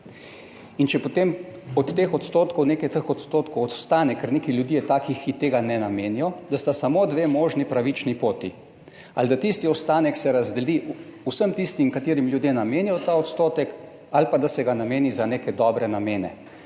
in če potem od teh odstotkov nekaj teh odstotkov ostane kar nekaj ljudi je takih ki tega ne namenijo, da sta samo dve možni pravični poti: ali da tisti ostanek se razdeli vsem tistim katerim ljudje namenijo ta odstotek ali pa da se ga nameni za neke dobre namene